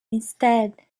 instead